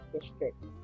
District